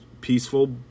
peaceful